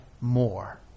more